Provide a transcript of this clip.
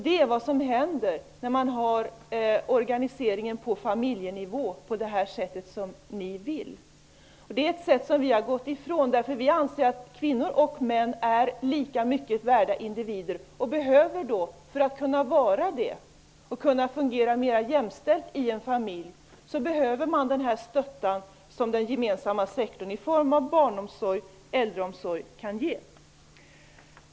Det är vad som händer när man organiserar på familjenivå på det sätt som ni vill. Vi har gått ifrån det, därför att vi anser att kvinnor och män är lika mycket värda som individer. De behöver, för att kunna vara det och för att kunna fungera mera jämställt i en familj, den stötta som den gemensamma sektorn i form av barnomsorg och äldreomsorg kan ge.